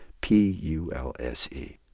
P-U-L-S-E